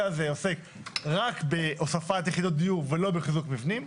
הזה עוסק רק בהוספת יחידות דיור ולא בחיזוק מבנים.